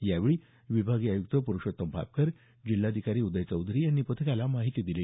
यावेळी विभागीय आयुक्त पुरूषोत्तम भापकर जिल्हाधिकारी उदय चौधरी यांनी पथकाला माहिती दिली